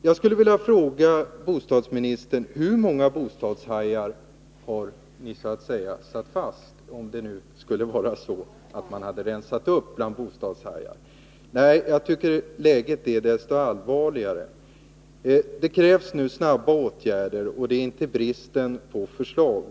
Jag skulle vilja fråga bostadsministern: Om det nu skulle vara så att man har rensat upp bland de här bostadshajarna, hur många sådana har ni så att säga satt fast? Jag tycker att läget på det här området är allvarligt. Det krävs nu snabba åtgärder. Det är inte brist på förslag.